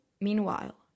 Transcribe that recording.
meanwhile